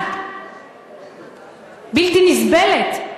הבלתי נסבלת.